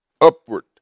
upward